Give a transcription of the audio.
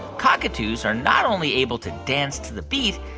cockatoos are not only able to dance to the beat,